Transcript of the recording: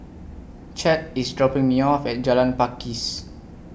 Chet IS dropping Me off At Jalan Pakis